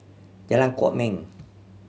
Jalan Kwok Min